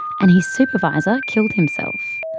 and his supervisor killed himself.